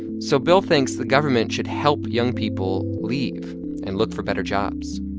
so bill thinks the government should help young people leave and look for better jobs,